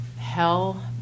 hell